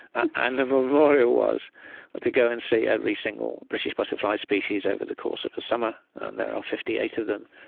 and the memorial was to go and see every single british butterfly species over the course of a summer, and there are fifty eight of them,